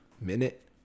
minute